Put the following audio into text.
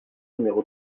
numéro